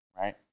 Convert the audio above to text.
right